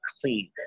clean